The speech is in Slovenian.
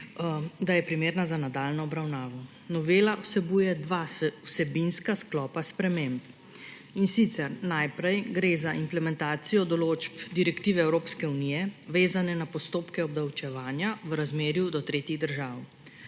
da je primerna za nadaljnjo obravnavo. Novela vsebuje dva vsebinska sklopa sprememb, in sicer, najprej gre za implementacijo določb direktive Evropske unije, vezane na postopke obdavčevanja v razmerju do tretjih držav.